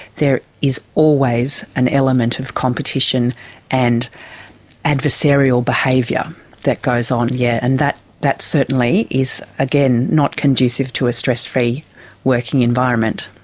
there is always an element of competition and adversarial behaviour that goes on, yes, yeah and that that certainly is, again, not conducive to a stress-free working environment.